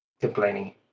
complaining